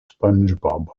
spongebob